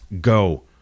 go